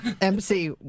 MC